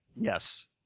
Yes